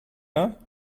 her